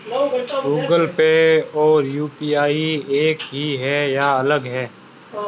Google Pay और UPI एक ही है या अलग?